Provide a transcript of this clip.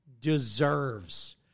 deserves